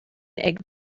egg